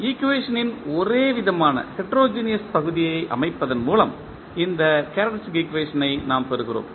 ஈக்குவேஷனின் ஒரேவிதமான பகுதியை அமைப்பதன் மூலம் இந்த கேரக்டரிஸ்டிக் ஈக்குவேஷன் ஐ நாம் பெறுகிறோம்